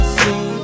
see